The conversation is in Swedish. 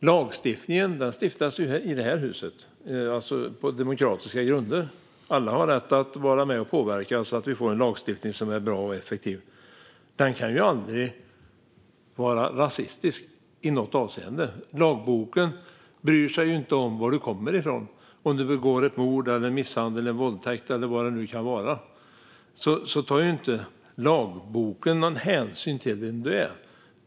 Lagarna stiftas ju i det här huset på demokratiska grunder. Alla har rätt att vara med och påverka, så att vi får en lagstiftning som är bra och effektiv. Den kan aldrig vara rasistisk i något avseende. Lagboken bryr sig inte om varifrån du kommer. Om man begår ett mord, en misshandel, en våldtäkt eller vad det nu kan vara tar inte lagboken någon hänsyn till vem man är.